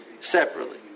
separately